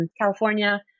California